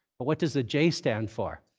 but what does the j stand for?